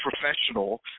professional